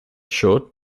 short